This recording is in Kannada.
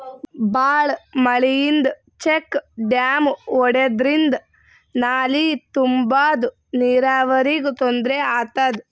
ಭಾಳ್ ಮಳಿಯಿಂದ ಚೆಕ್ ಡ್ಯಾಮ್ ಒಡ್ಯಾದ್ರಿಂದ ನಾಲಿ ತುಂಬಾದು ನೀರಾವರಿಗ್ ತೊಂದ್ರೆ ಆತದ